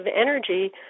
energy